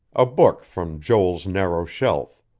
a book from joel's narrow shelf.